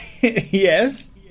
Yes